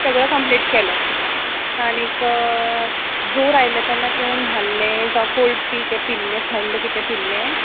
सगळो कंम्पलिट केलो आनीक जोर आयल्ले तेन्ना तूं न्हाल्लें जांव कोल्ड कितें पिल्लें थंड कितें पिल्लें